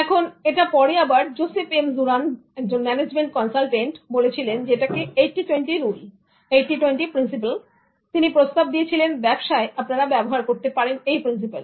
এখন এটা পরে আবার Joseph M Juran একজন ম্যানেজমেন্ট কনসালটেন্ট বলেছিলেন এটাকে 8020 রুল80 20 principle এবং তিনি প্রস্তাব দিয়েছিলেন ব্যবসায় আপনারা ব্যবহার করতে পারেন এই প্রিন্সিপাল